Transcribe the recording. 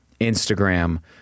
Instagram